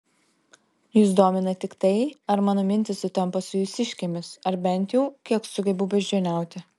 jus domina tik tai ar mano mintys sutampa su jūsiškėmis ar bent jau kiek sugebu beždžioniauti